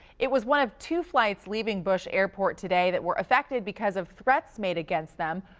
it was one of two flights leaving bush airport today that were affected because of threats made against them.